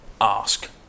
ask